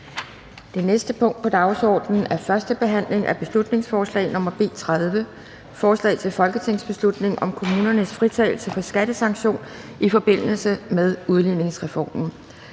Det næste punkt på dagsordenen er: 10) 1. behandling af beslutningsforslag nr. B 30: Forslag til folketingsbeslutning om kommunernes fritagelse for skattesanktion i forbindelse med udligningsreformen.